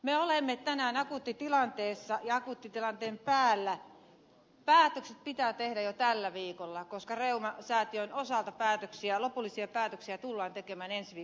me olemme tänään akuuttitilanteessa ja akuuttitilanteen ollessa päällä päätökset pitää tehdä jo tällä viikolla koska reumasäätiön osalta lopullisia päätöksiä tullaan tekemään ensi viikon maanantaina